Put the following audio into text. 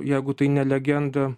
jeigu tai ne legenda